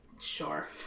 Sure